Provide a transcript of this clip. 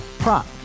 Prop